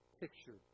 picture